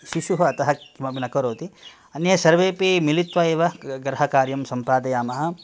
शिशुः अतः किमपि न करोति अन्ये सर्वेपि मिलित्वा एव गृहकार्यं सम्पादयामः